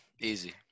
easy